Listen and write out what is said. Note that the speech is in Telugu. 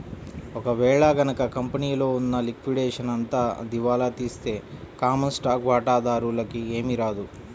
ఒక వేళ గనక కంపెనీలో ఉన్న లిక్విడేషన్ అంతా దివాలా తీస్తే కామన్ స్టాక్ వాటాదారులకి ఏమీ రాదు